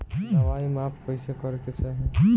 दवाई माप कैसे करेके चाही?